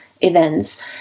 events